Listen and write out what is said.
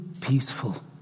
peaceful